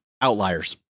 Outliers